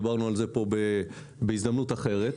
ודיברנו על כך כאן בהזדמנות אחרת.